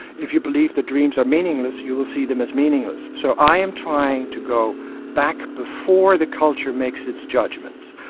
if you believe the dreams are meaningless you will see them as meaningless. so i am trying to go back before the culture makes its judgments,